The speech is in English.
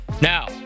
Now